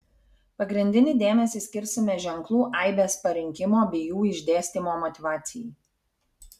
pagrindinį dėmesį skirsime ženklų aibės parinkimo bei jų išdėstymo motyvacijai